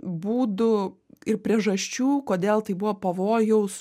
būdų ir priežasčių kodėl tai buvo pavojaus